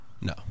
No